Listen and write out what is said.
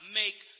make